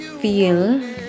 feel